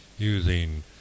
Using